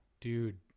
dude